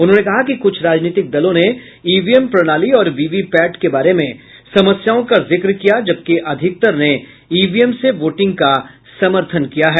उन्होंने कहा कि कुछ राजनीतिक दलों ने ईवीएम प्रणाली और वीवीपैट के बारे में समस्याओं का जिक्र किया जबकि अधिकतर ने ईवीएम से वोटिंग का समर्थन किया है